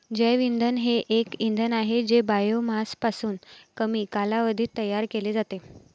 जैवइंधन हे एक इंधन आहे जे बायोमासपासून कमी कालावधीत तयार केले जाते